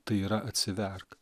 tai yra atsiverk